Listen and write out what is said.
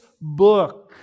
book